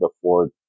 afford